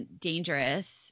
dangerous